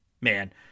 man